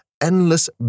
endless